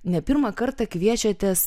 ne pirmą kartą kviečiatės